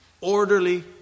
orderly